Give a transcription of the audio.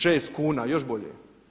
6 kuna, još bolje.